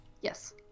Yes